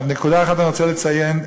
נקודה אחת אני רוצה לציין,